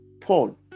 Paul